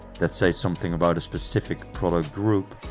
that say something about a specific product group,